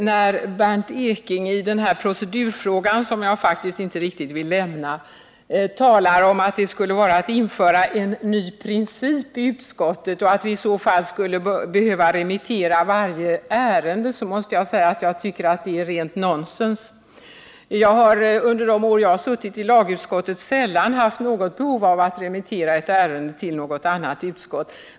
Herr talman! I procedurfrågan, som jag faktiskt inte vill lämna, säger Bernt Ekinge att det skulle vara att införa en ny princip i utskottet att remittera förslaget till jordbruksutskottet och att vi i så fall skulle behöva remittera varje ärende. Det tycker jag är rent nonsens. Under de år jag har suttit i lagutskottet har jag sällan känt något behov av att remittera ett ärende till något annat utskott.